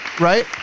right